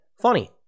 funny